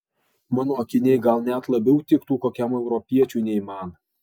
mano akiniai gal net labiau tiktų kokiam europiečiui nei man